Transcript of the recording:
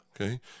okay